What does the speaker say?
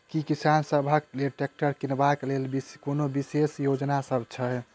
की किसान सबहक लेल ट्रैक्टर किनबाक लेल कोनो विशेष योजना सब छै?